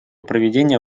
проведения